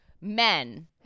men